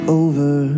over